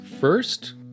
first